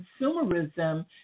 consumerism